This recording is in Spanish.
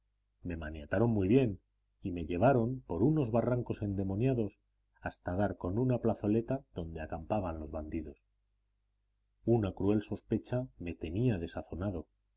me maniataron muy bien y me llevaron por unos barrancos endemoniados hasta dar con una plazoleta donde acampaban los bandidos una cruel sospecha me tenía